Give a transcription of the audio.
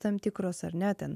tam tikros ar ne ten